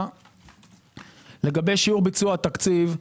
לגבי שיעור ביצוע התקציב,